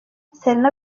selena